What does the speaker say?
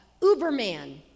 uberman